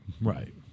Right